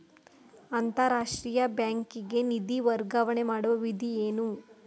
ಅಂತಾರಾಷ್ಟ್ರೀಯ ಬ್ಯಾಂಕಿಗೆ ನಿಧಿ ವರ್ಗಾವಣೆ ಮಾಡುವ ವಿಧಿ ಏನು?